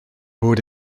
bod